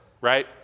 right